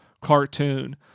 cartoon